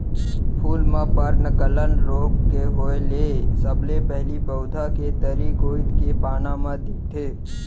फूल म पर्नगलन रोग के होय ले सबले पहिली पउधा के तरी कोइत के पाना म दिखथे